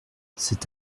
c’est